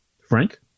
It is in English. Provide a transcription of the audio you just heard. Frank